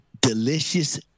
delicious